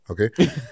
Okay